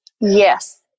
yes